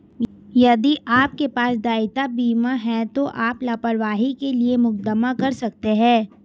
यदि आपके पास देयता बीमा है तो आप लापरवाही के लिए मुकदमा कर सकते हैं